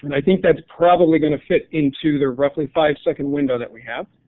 and i think that is probably going to fit in to the roughly five-second window that we have.